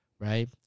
right